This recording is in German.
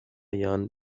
jahren